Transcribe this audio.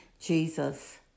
Jesus